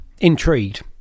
Intrigued